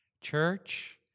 Church